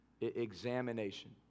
examination